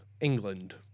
England